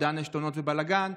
אובדן עשתונות ובלגן,